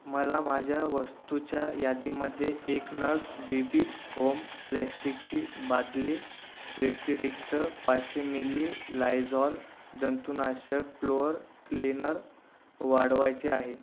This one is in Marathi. मला माझ्या वस्तूच्या यादीमध्ये एक नग बीबी होम प्लॅस्टिकची बादली व्यक्तिरिक्त पाचशे मिली लायझॉल जंतुनाशक प्लोअर क्लीनर वाढवायचे आहे